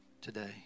today